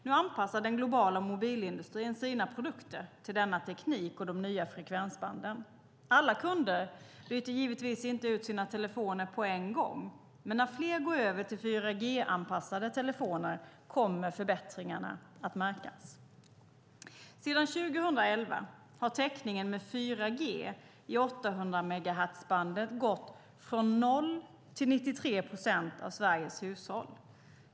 Nu anpassar den globala mobilindustrin sina produkter till denna teknik och de nya frekvensbanden. Alla kunder byter givetvis inte ut sina telefoner på en gång, men när fler går över till 4G-anpassade telefoner kommer förbättringarna att märkas. Sedan 2011 har täckningen med 4G i 800-megahertzbandet gått från 0 till 93 procent av Sveriges hushåll.